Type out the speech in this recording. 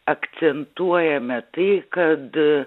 akcentuojame tai kad